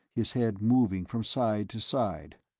his head moving from side to side.